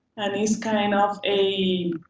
and it's kind of a